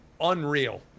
unreal